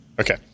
Okay